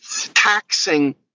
taxing